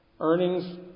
Earnings